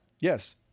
yes